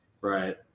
Right